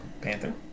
Panther